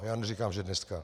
Já neříkám že dneska.